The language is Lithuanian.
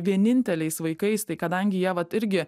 vieninteliais vaikais tai kadangi jie vat irgi